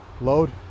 load